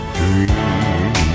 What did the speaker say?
dream